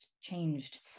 changed